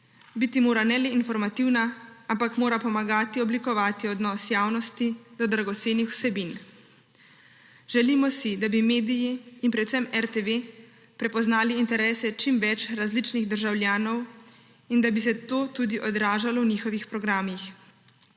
Biti mora ne le informativna, ampak mora pomagati oblikovati odnos javnosti do dragocenih vsebin. Želimo si, da bi mediji in predvsem RTV prepoznali interese čim več različnih državljanov in da bi se to tudi odražalo v njihovih programih.